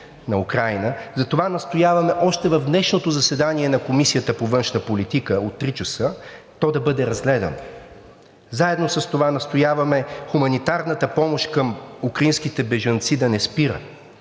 на Украйна. Затова настояваме още в днешното заседание на Комисията по външна политика от 15,00 ч. то да бъде разгледано. Заедно с това настояваме хуманитарната помощ към украинските бежанци да не спира,